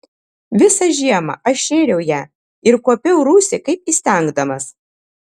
visą žiemą aš šėriau ją ir kuopiau rūsį kaip įstengdamas